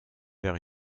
vers